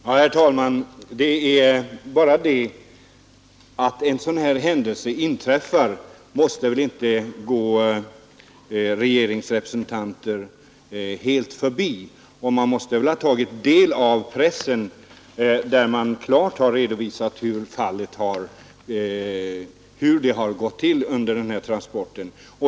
se Malmö—Köpen Herr talman! Att en sådan här händelse inträffar kan knappast gå hamn regeringens representanter helt förbi. Man måste väl ha tagit del av pressen, där det klart har redovisats hur det gått till under den här transporten.